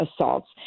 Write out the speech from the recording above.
assaults